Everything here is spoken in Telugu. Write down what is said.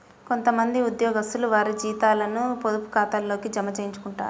కొంత మంది ఉద్యోగస్తులు వారి జీతాలను పొదుపు ఖాతాల్లోకే జమ చేయించుకుంటారు